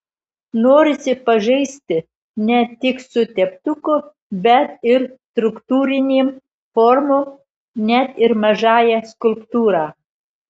norisi pažaisti ne tik su teptuku bet ir struktūrinėm formom net ir mažąja skulptūra